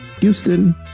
Houston